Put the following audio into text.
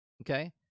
okay